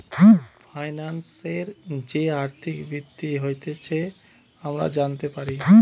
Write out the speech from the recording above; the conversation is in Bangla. ফাইন্যান্সের যে আর্থিক বৃদ্ধি হতিছে আমরা জানতে পারি